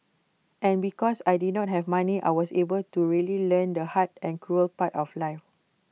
and because I did not have money I was able to really learn the hard and cruel part of life